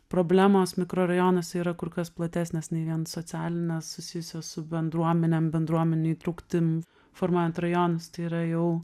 problemos mikrorajonuose yra kur kas platesnės ne vien socialinės susijusios su bendruomene bendruomenių įtrauktim formuojant rajonus tai yra jau